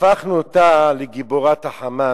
הפכנו אותה לגיבורת ה"חמאס".